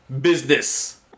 business